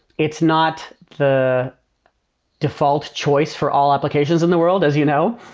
it's not the default choice for all applications in the world as you know,